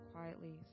Quietly